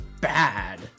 bad